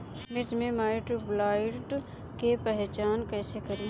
मिर्च मे माईटब्लाइट के पहचान कैसे करे?